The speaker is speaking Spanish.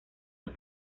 los